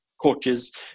coaches